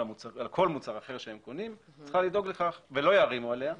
כל מוצר אחר שהם קונים ולא יערימו עליה,